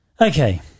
Okay